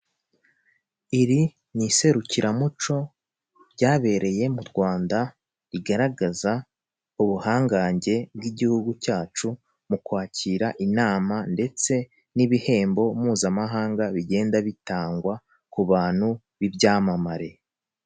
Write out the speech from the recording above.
Iri ni iserukiramuco ryabereye mu Rwanda rigaragaza ubuhangange bw'igihugu cyacu, mu kwakira inama ndetse n'ibihembo mpuzamahanga bigenda bitangwa ku bantu b'ibyamamare.